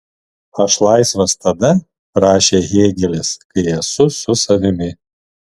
aš laisvas tada rašė hėgelis kai esu su savimi